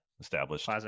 Established